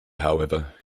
however